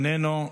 איננו,